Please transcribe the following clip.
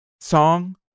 song